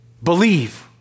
Believe